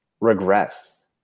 regress